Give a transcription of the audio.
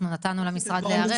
אנחנו נתנו למשרד זמן,